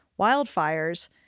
wildfires